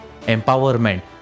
empowerment